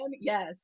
Yes